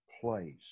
place